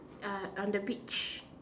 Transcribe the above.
uh on the beach